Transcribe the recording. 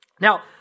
Now